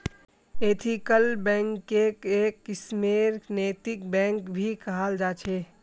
ethical बैंकक् एक किस्मेर नैतिक बैंक भी कहाल जा छे